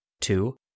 Two